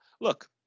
Look